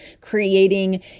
creating